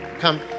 Come